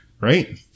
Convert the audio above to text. Right